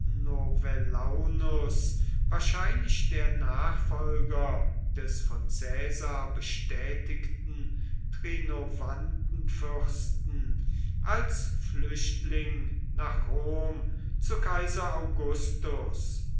wahrscheinlich der nachfolger des von caesar bestätigten trinovantenfürsten als flüchtling nach rom zu kaiser augustas